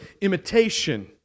imitation